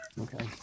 Okay